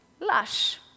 lush